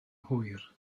hwyr